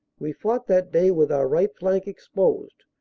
ve fought that day with our right flank exposed,